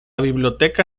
biblioteca